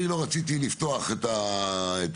אני לא רציתי לפתוח את הדברים,